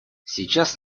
сейчас